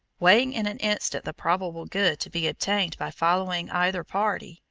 weighing in an instant the probable good to be obtained by following either party,